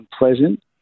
unpleasant